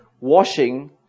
washing